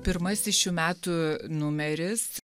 pirmasis šių metų numeris